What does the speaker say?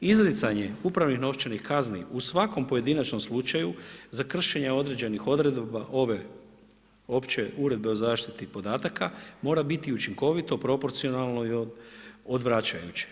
Izricanje upravnih novčanih kazni u svakom pojedinačnom slučaju, za kršenje određenih odredaba ove opće uredbe o zaštiti podataka mora biti učinkoviti, proporcionalno i odvraćajuće.